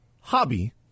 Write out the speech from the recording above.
hobby